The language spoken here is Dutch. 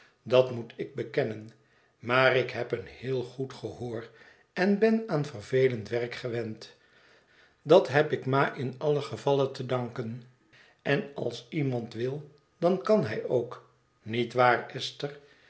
dat moet ik bekennen maar ik heb een heel goed gehoor en ben aan vervelend werk gewend dat heb ik ma in allen gevalle te danken en als iemand wil dan kan hij ook niet waar esther